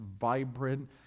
vibrant